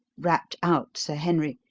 rapped out sir henry,